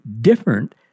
different